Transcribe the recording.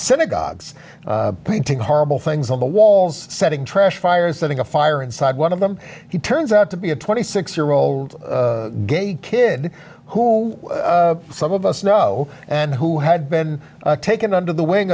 synagogues painting horrible things on the walls setting trash fires setting a fire inside one of them he turns out to be a twenty six year old gay kid who some of us know and who had been taken under the wing